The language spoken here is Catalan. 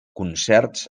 concerts